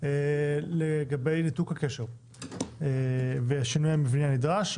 לגבי ניתוק הקשר והשינוי המבני הנדרש.